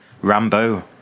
Rambo